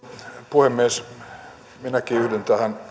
puhemies minäkin yhdyn